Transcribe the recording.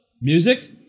Music